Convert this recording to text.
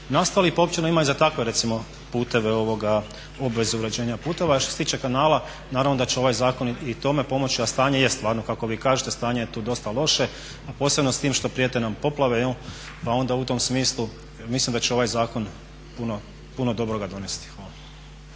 nastali pa općina ima i za takve recimo puteve obvezu uređenja puteva. Što se tiče kanala, naravno da će ovaj zakon i tome pomoći, a stanje je stvarno kako vi kažete, stanje je tu dosta loše a posebno s tim što prijete nam poplave, pa onda u tom smislu mislim da će ovaj zakon puno dobroga donesti.